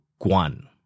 Guan